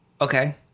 Okay